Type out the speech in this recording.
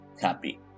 happy